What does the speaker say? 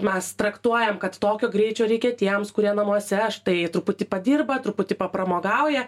mes traktuojam kad tokio greičio reikia tiems kurie namuose štai truputį padirba truputį papramogauja